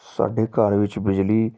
ਸਾਡੇ ਘਰ ਵਿੱਚ ਬਿਜਲੀ